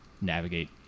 navigate